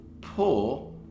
poor